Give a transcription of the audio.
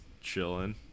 chilling